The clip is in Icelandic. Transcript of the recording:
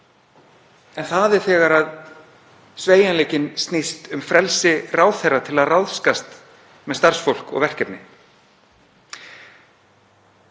en það er þegar sveigjanleikinn snýst um frelsi ráðherra til að ráðskast með starfsfólk og verkefni.